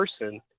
person